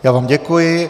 Já vám děkuji.